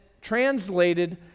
translated